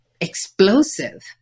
explosive